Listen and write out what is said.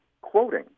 quoting